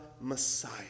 Messiah